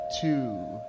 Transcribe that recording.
two